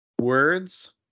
words